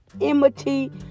enmity